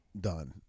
done